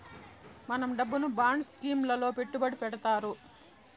మన డబ్బును bond scheme లలో పెట్టుబడి పెడతారు